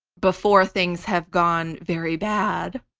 before things have gone very bad,